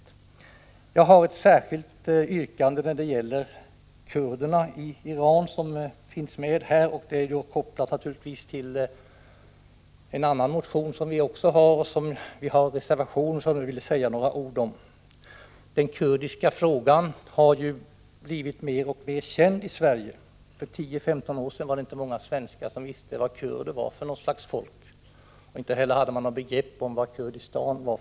Jag har ett särskilt yrkande när det gäller kurderna i Iran. Det är kopplat till en motion som vi väckt och en reservation, som jag nu vill säga några ord om. Den kurdiska frågan har blivit mer och mer känd i Sverige. För 10-15 år sedan var det inte många svenskar som visste vad kurder var för något slags folk, och inte heller hade man något begrepp om vad Kurdistan var.